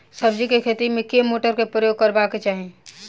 सब्जी केँ खेती मे केँ मोटर केँ प्रयोग करबाक चाहि?